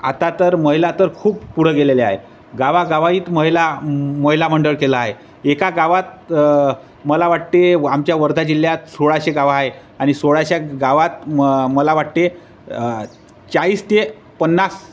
आता तर महिला तर खूप पुढं गेलेले आहे गावागावात महिला महिला मंडळ केला आहे एका गावात मला वाटते आमच्या वर्धा जिल्ह्यात सोळाशे गावं आहे आणि सोळाशे गावात म मला वाटते चाळीस ते पन्नास